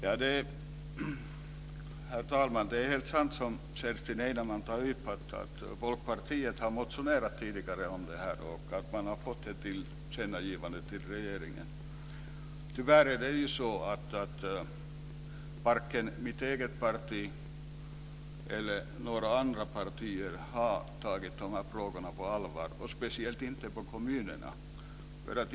Herr talman! Det är helt sant som Kerstin Heinemann tar upp att Folkpartiet har motionerat om detta tidigare och fått ett tillkännagivande till regeringen. Tyvärr har varken mitt eget parti eller några andra partier tagit dessa frågor på allvar, och speciellt inte från kommunerna.